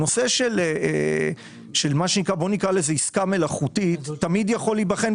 נושא של עסקה מלאכותית תמיד יכול להיבחן,